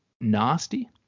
nasty